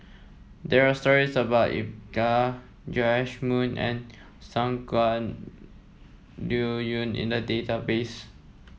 there are stories about Iqbal Joash Moo and Shangguan Liuyun in the database